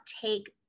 take